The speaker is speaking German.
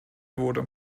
wurde